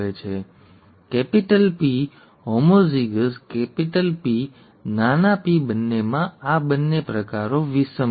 capital P capital P homozygous capital P નાના p બંનેમાં આ બંને પ્રકારો વિષમ છે